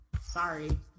Sorry